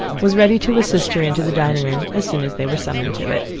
was ready to assist her into the dining room as soon as they were summoned to it.